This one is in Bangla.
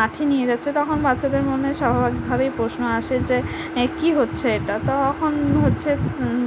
মাঠে নিয়ে যাচ্ছে তখন বাচ্চাদের মনে স্বাভাবিকভাবেই প্রশ্ন আসে যে কি হচ্ছে এটা তখন হচ্ছে